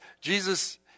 Jesus